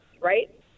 right